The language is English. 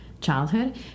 childhood